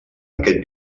aquest